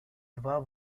два